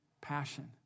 passion